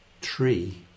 tree